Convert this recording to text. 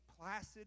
placid